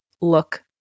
look